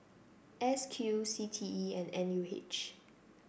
S Q C T E and N U H